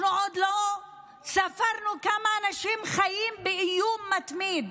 אנחנו עוד לא ספרנו כמה אנשים חיים באיום מתמיד.